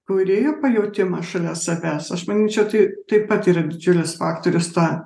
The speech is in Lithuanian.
kūrėjo pajautimą šalia savęs aš manyčiau tai taip pat didžiulis faktorius tą